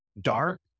dark